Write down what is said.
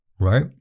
right